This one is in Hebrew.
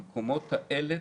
המקומות האלה,